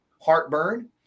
heartburn